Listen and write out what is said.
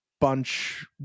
bunch